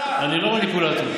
אני לא מניפולטור.